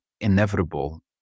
inevitable